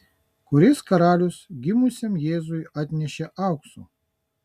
kuris karalius gimusiam jėzui atnešė aukso